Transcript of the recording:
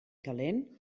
calent